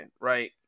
right